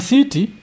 City